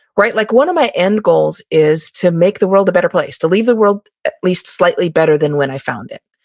like one of my end goals is to make the world a better place, to leave the world at least slightly better than when i found it.